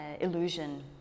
illusion